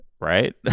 Right